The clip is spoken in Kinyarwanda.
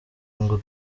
ngo